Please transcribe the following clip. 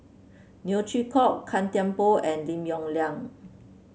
Neo Chwee Kok Gan Thiam Poh and Lim Yong Liang